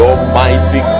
Almighty